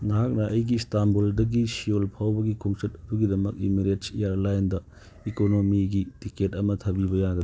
ꯅꯍꯥꯛꯅ ꯑꯩꯒꯤ ꯁ꯭ꯇꯥꯝꯕꯨꯜꯗꯒꯤ ꯁꯤꯌꯣꯜ ꯐꯥꯎꯕꯒꯤ ꯈꯣꯡꯆꯠ ꯑꯗꯨꯒꯤꯗꯃꯛ ꯏꯝꯃꯔꯦꯠꯁ ꯏꯌꯥꯔꯂꯥꯏꯟꯇ ꯏꯀꯣꯅꯣꯃꯤꯒꯤ ꯇꯤꯛꯀꯦꯠ ꯑꯃ ꯊꯥꯕꯤꯕ ꯌꯥꯒꯗ꯭ꯔ